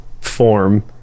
form